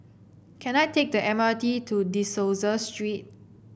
can I take the M R T to De Souza Street